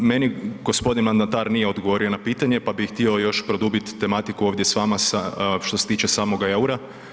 Meni gospodin mandatar nije odgovorio na pitanje, pa bih htio još produbiti tematiku ovdje s vama što se tiče samoga EUR-a.